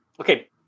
okay